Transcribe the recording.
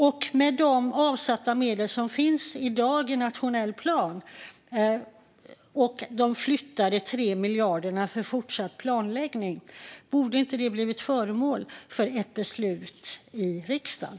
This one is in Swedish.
Och borde inte de avsatta medel som finns i dag i nationell plan och de flyttade 3 miljarderna för fortsatt planläggning ha blivit föremål för beslut i riksdagen?